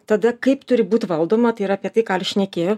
tada kaip turi būt valdoma tai yra apie tai ką ir šnekėjo